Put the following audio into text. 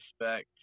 respect